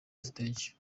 stage